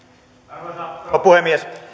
arvoisa rouva puhemies